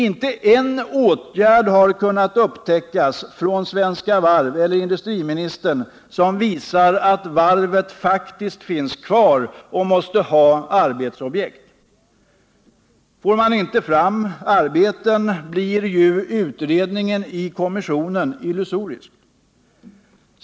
Vi har inte kunnat upptäcka en enda åtgärd från Svenska Varv eller industriministern som visar att varvet faktiskt finns kvar och måste ha arbetsobjekt. Får man inte fram arbeten, blir ju utredningen i kommissionen illusorisk.